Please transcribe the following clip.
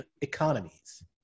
economies